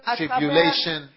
tribulation